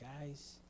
guys